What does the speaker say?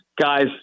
Guys